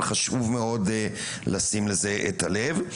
אבל חשוב מאוד לשים לזה את הלב.